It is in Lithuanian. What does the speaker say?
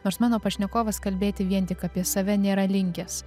nors mano pašnekovas kalbėti vien tik apie save nėra linkęs